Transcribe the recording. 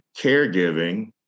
caregiving